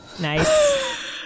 Nice